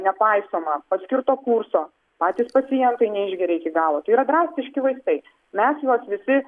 nepaisoma paskirto kurso patys pacientai neišgeria iki galo tai yra drastiški vaistai mes juos visi